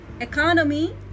economy